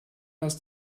das